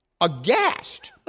aghast